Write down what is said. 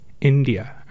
India